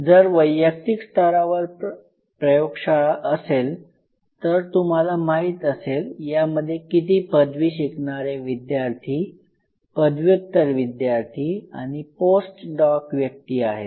जर वैयक्तिक स्तरावर प्रयोगशाळा असेल तर तुम्हाला माहित असेल यामध्ये किती पदवी शिकणारे विद्यार्थी पदव्युत्तर विद्यार्थी आणि पोस्ट डॉक व्यक्ती आहेत